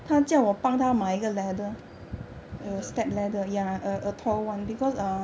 ladder